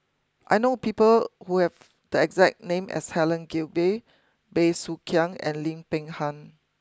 I know people who have the exact name as Helen Gilbey Bey Soo Khiang and Lim Peng Han